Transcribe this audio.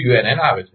unn આવે છે